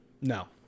No